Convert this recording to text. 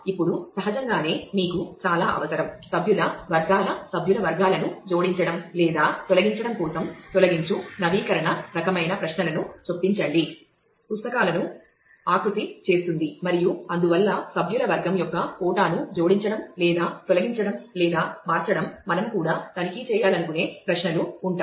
ఇప్పుడు సహజంగానే మీకు చాలా అవసరం సభ్యుల వర్గాల సభ్యుల వర్గాలను జోడించడం లేదా తొలగించడం కోసం తొలగించు నవీకరణ రకమైన ప్రశ్నలను చొప్పించండి పుస్తకాలను ఆకృతి చేస్తుంది మరియు అందువల్ల సభ్యుల వర్గం యొక్క కోటాను జోడించడం లేదా తొలగించడం లేదా మార్చడం మనము కూడా తనిఖీ చేయాలనుకునే ప్రశ్నలు ఉంటాయి